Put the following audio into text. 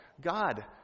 God